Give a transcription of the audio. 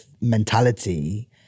mentality